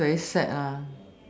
that's very sad lah